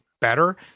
better